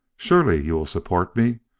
surely you will support me.